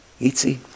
Itzi